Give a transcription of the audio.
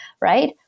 right